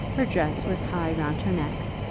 her dress was high round her neck,